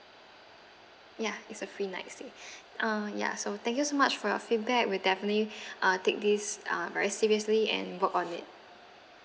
ya it's a free night stay uh ya so thank you so much for your feedback we'll definitely uh take these uh very seriously and work on it